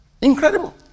Incredible